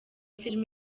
film